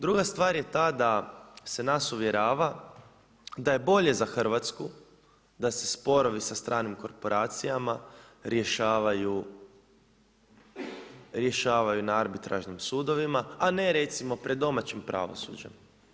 Druga stvar je ta da se nas uvjerava da je bolje za Hrvatsku da se sporovi sa stranim korporacijama rješavaju na arbitražnim sudovima, a ne recimo pred domaćim pravosuđem.